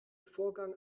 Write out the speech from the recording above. vorgang